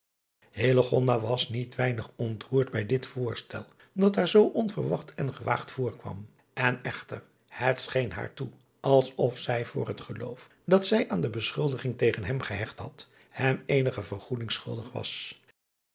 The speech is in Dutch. was niet weinig ontroerd bij dit voorstel dat haar zoo onverwacht en gewaagd voorkwam en echter het scheen haar toe als of zij voor het geloof dat zij aan de beschuldiging tegen hem gehecht had hem eenige vergoeding schuldig was